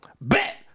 bet